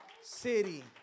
city